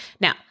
Now